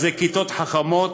אז זה כיתות חכמות,